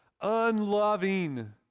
unloving